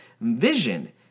Vision